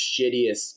shittiest